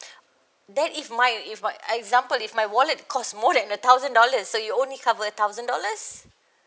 then if my if my example if my wallet costs more than a thousand dollars so you only cover a thousand dollars